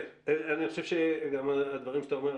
אני חושב שהדברים שאתה אומר,